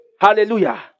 Hallelujah